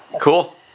Cool